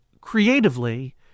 creatively –